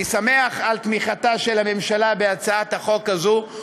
אני שמח על תמיכתה של הממשלה בהצעת החוק הזאת,